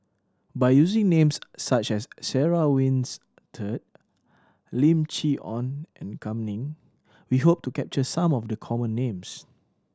by using names such as Sarah Winstedt Lim Chee Onn and Kam Ning we hope to capture some of the common names